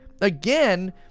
Again